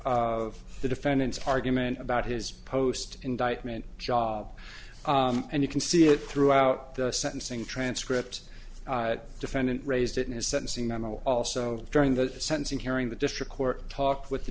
of the defendant's argument about his post indictment job and you can see it throughout the sentencing transcript defendant raised it in his sentencing on the also during the sentencing hearing the district court talked with the